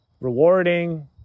rewarding